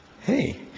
Hey